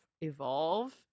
evolve